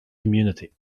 community